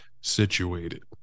situated